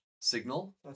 signal